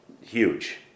huge